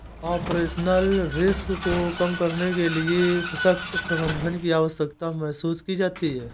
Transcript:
operational risk को कम करने के लिए सशक्त प्रबंधन की आवश्यकता महसूस की जाती है